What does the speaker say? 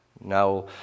now